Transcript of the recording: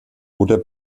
oder